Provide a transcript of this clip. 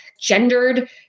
gendered